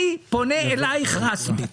אני פונה אלייך באופן רשמי,